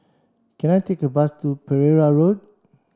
can I take a bus to Pereira Road